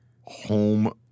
home